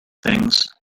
things